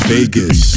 Vegas